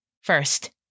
first